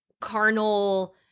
carnal